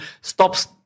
stops